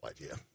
idea